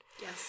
Yes